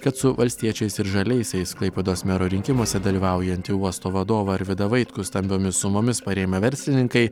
kad su valstiečiais ir žaliaisiais klaipėdos mero rinkimuose dalyvaujantį uosto vadovą arvydą vaitkų stambiomis sumomis parėmę verslininkai